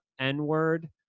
N-word